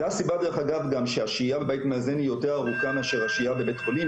זו הסיבה גם שהשהייה בבית מאזן היא יותר ארוכה מאשר השהייה בבית החולים,